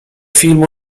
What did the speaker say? filmu